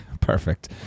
Perfect